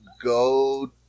go